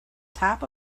top